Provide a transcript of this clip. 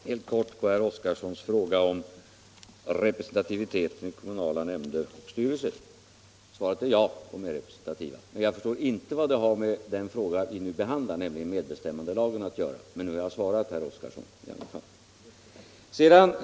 Herr talman! Helt kort ett svar på herr Oskarsons fråga om representativiteten i kommunala nämnder och styrelser: Svaret är ja, de är representativa. Jag förstår visserligen fortfarande inte vad detta har med den fråga som vi nu behandlar, nämligen medbestämmandelagen, att göra, men nu har jag svarat herr Oskarson i alla fall.